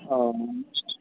অঁ